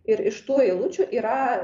ir iš tų eilučių yra